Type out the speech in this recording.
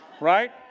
right